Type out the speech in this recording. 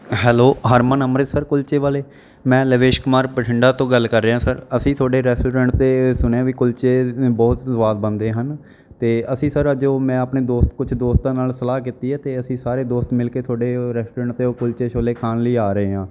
hello Harman Amritsar ਕੁਲਚੇ ਵਾਲੇ ਮੈਂ ਲਵੇਸ਼ ਕੁਮਾਰ ਬਠਿੰਡਾ ਤੋਂ ਗੱਲ ਕਰ ਰਿਹਾ ਸਰ ਅਸੀਂ ਤੁਹਾਡੇ ਰੈਸਟੋਰੈਂਟ 'ਤੇ ਸੁਣਿਆ ਵੀ ਕੁਲਚੇ ਨੇ ਬਹੁਤ ਸੁਆਦ ਬਣਦੇ ਹਨ ਅਤੇ ਅਸੀਂ ਸਰ ਅੱਜ ਉਹ ਮੈਂ ਆਪਣੇ ਦੋਸਤ ਕੁਛ ਦੋਸਤਾਂ ਨਾਲ ਸਲਾਹ ਕੀਤੀ ਹੈ ਅਤੇ ਅਸੀਂ ਸਾਰੇ ਦੋਸਤ ਮਿਲ ਕੇ ਤੁਹਾਡੇ ਰੈਸਟੋਰੈਂਟ 'ਤੇ ਉਹ ਕੁਲਚੇ ਛੋਲੇ ਖਾਣ ਲਈ ਆ ਰਹੇ ਹਾਂ